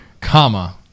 comma